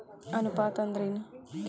ಅನುಪಾತ ಅಂದ್ರ ಏನ್?